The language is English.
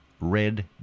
Red